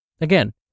Again